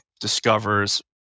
discovers